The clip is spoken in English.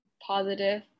positive